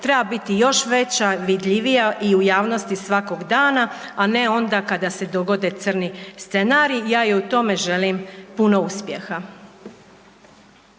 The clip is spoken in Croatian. treba biti još veća, vidljivija i u javnosti svakog dana, a ne onda kada se dogodi crni scenarij. Ja joj u tome želim puno uspjeha.